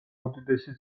უდიდესი